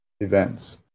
events